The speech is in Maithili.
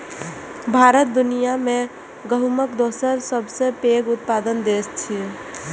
भारत दुनिया मे गहूमक दोसर सबसं पैघ उत्पादक देश छियै